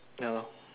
ya lor